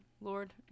lord